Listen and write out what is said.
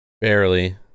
barely